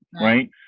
right